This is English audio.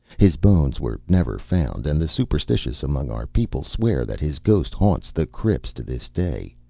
his bones were never found, and the superstitious among our people swear that his ghost haunts the crypts to this day,